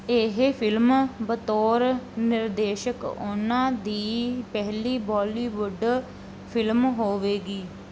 ਇਹ ਫ਼ਿਲਮ ਬਤੌਰ ਨਿਰਦੇਸ਼ਕ ਉਹਨਾਂ ਦੀ ਪਹਿਲੀ ਬਾਲੀਵੁੱਡ ਫ਼ਿਲਮ ਹੋਵੇਗੀ